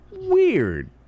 weird